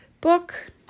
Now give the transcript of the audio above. Book